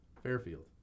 Fairfield